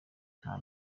nta